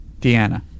Deanna